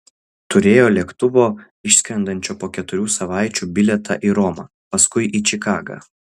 turėjo lėktuvo išskrendančio po keturių savaičių bilietą į romą paskui į čikagą